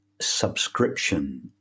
subscription